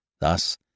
Thus